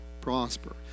prosper